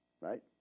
Right